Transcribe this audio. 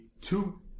two